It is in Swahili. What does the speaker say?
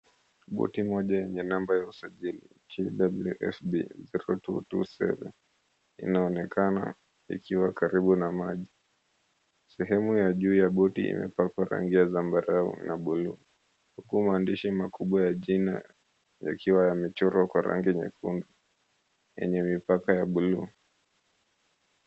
Boti moja yenye namba ya usajili KWFB 0227 inaonekana ikiwa karibu na maji. Sehemu ya juu ya boti imepakwa rangi ya zambarau na buluu huku maandishi makubwa ya jina yakiwa yamechorwa kwa rangi nyekundu yenye mipako ya buluu.